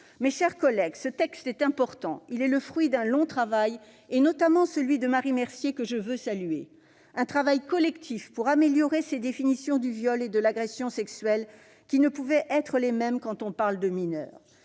Mes chers collègues, ce texte est important : il est le fruit d'un long travail, notamment celui de Marie Mercier, que je veux saluer, d'un travail collectif pour améliorer ces définitions du viol et de l'agression sexuelle, qui ne pouvaient être les mêmes quand on parle de mineur.